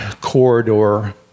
corridor